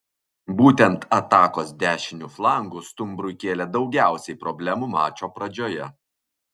būtent atakos dešiniu flangu stumbrui kėlė daugiausiai problemų mačo pradžioje